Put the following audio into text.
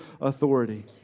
authority